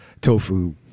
tofu